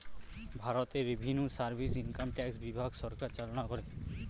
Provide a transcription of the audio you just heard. ভারতে revenue service income tax বিভাগ সরকার চালনা করে